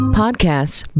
podcasts